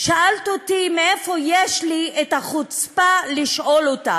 שאלת אותי מאיפה יש לי את החוצפה לשאול אותך.